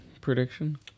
prediction